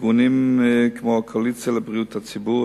ארגונים כמו "הקואליציה לבריאות הציבור",